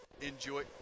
enjoy